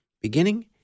beginning